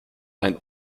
ein